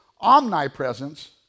omnipresence